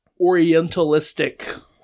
orientalistic